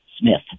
Smith